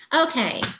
Okay